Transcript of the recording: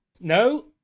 No